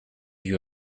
you